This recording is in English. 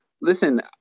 Listen